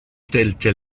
stellte